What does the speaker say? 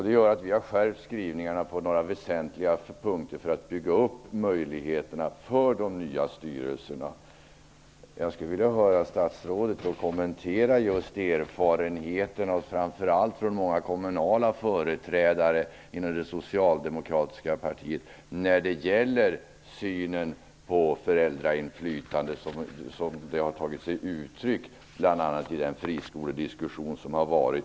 Det gör att vi har skärpt skrivningarna på några väsentliga punkter för att bygga upp möjligheten för de nya styrelserna. Jag skulle vilja höra statsrådet kommentera erfarenheterna, framför allt från några kommunala företrädare inom det socialdemokratiska partiet, när det gäller synen på föräldrainflytande så som det har tagit sig uttryck bl.a. i den friskolediskussion som har varit.